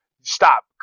stop